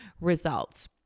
results